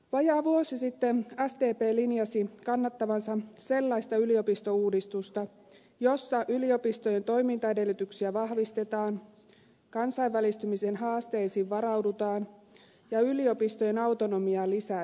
vajaa vuosi sitten sdp linjasi kannattavansa sellaista yliopistouudistusta jossa yliopistojen toimintaedellytyksiä vahvistetaan kansainvälistymisen haasteisiin varaudutaan ja yliopistojen autonomiaa lisätään